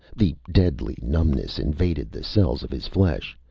the deadly numbness invaded the cells of his flesh,